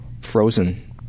frozen